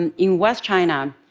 and in west china,